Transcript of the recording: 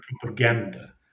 propaganda